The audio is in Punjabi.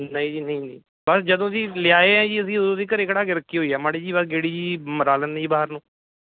ਨਹੀਂ ਜੀ ਨਹੀਂ ਬਸ ਜਦੋਂ ਦੀ ਲਿਆਏ ਹੈ ਜੀ ਅਸੀਂ ਉਦੋਂ ਦੀ ਘਰ ਖੜ੍ਹਾ ਕੇ ਰੱਖੀ ਹੋਈ ਹੈ ਮਾੜੀ ਜਿਹੀ ਬਸ ਗੇੜੀ ਜਿਹੀ ਮਰਾ ਲੈਂਦੇ ਜੀ ਬਾਹਰ ਨੂੰ